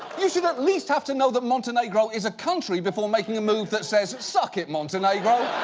you should at least have to know that montenegro is a country before making a move that says, suck it, montenegro.